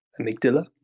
amygdala